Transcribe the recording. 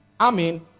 Amen